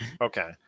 Okay